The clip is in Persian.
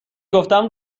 گفتم